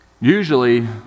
usually